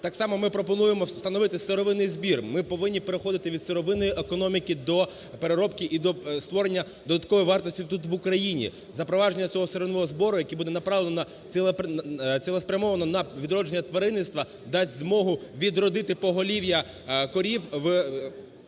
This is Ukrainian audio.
Так само ми пропонуємо встановити сировинний збір. Ми повинні переходити від сировинної економіки і до переробки, і до створення додаткової вартості тут в Україні. Запровадження цього сировинного збору який буде направлений на... цілеспрямовано на відродження тваринництва, дасть змогу відродити поголів'я корів в селі.